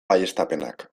baieztapenak